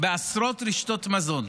בעשרות רשתות מזון.